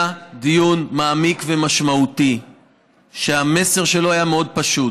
היה דיון מעמיק ומשמעותי שהמסר שלו היה מאוד פשוט: